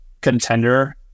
contender